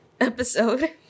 episode